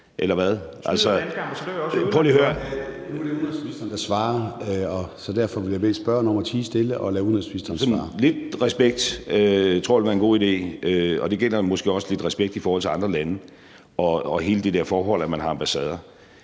Lidt respekt tror jeg vil være en god idé, og det gælder måske også lidt respekt i forhold til andre lande og hele det der forhold, at man har ambassader.